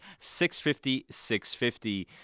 650-650